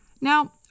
Now